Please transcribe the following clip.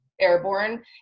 airborne